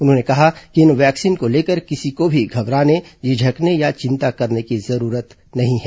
उन्होंने कहा कि इन वैक्सीन को लेकर किसी को भी घबराने झिझकने या चिंता करने की जरूरत नहीं है